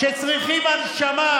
שצריכים הנשמה,